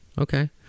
Okay